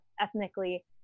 ethnically